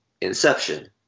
inception